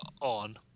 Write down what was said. On